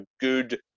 good